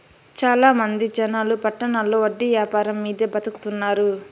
చాలా మంది జనాలు పట్టణాల్లో వడ్డీ యాపారం మీదే బతుకుతున్నారు